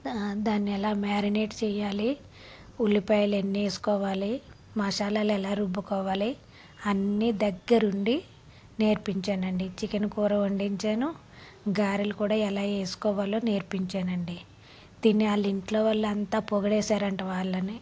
దాన్ని ఎలా మ్యారినేట్ చేయాలి ఉల్లిపాయలు ఎన్ని వేసుకోవాలి మసాలాలు ఎలా రుబ్బుకోవాలి అన్ని దగ్గరుండి నేర్పించానండి చికెన్ కూర వండించాను గారెలు కూడా ఎలా వేసుకోవాలో నేర్పించానండి తిని వాళ్ళ ఇంట్లో వాళ్ళంతా పొగిడేసారంట వాళ్ళని